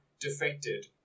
defected